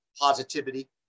positivity